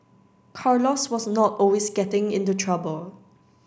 Carlos was not always getting into trouble